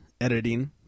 editing